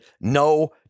No